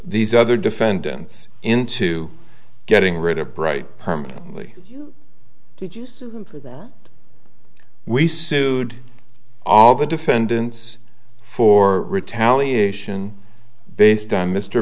these other defendants into getting rid of bright permanently did you say that we sued all the defendants for retaliation based on mr